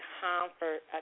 comfort